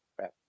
Right